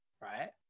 right